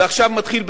ועכשיו מתחיל,